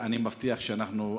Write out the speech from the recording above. אני מבטיח שאנחנו,